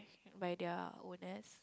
by their owners